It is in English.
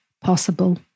possible